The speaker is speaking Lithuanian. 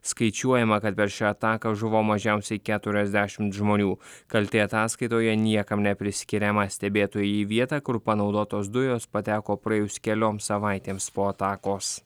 skaičiuojama kad per šią ataką žuvo mažiausiai keturiasdešimt žmonių kaltė ataskaitoje niekam nepriskiriama stebėtojai į vietą kur panaudotos dujos pateko praėjus kelioms savaitėms po atakos